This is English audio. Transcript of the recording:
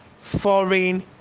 foreign